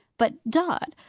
but, dot!